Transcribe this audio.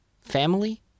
family